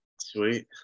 Sweet